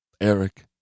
Eric